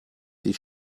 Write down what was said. sie